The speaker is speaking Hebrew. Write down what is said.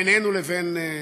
בינינו לבין טורקיה.